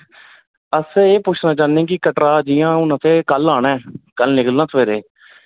अस एह् पुच्छना चाह्न्ने कि कटरा जियां हून असें कल आना ऐ कल निकलना सवेरे ते इक दिन बिच्च माता रानी